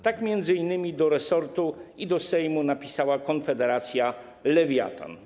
Tak m.in. do resortu i do Sejmu napisała Konfederacja Lewiatan.